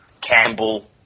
Campbell